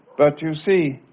but, you see,